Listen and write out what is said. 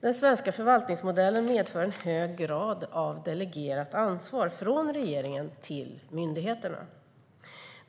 Den svenska förvaltningsmodellen medför en hög grad av delegerat ansvar från regeringen till myndigheterna.